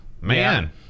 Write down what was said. Man